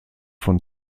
von